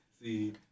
See